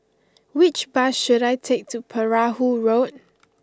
which bus should I take to Perahu Road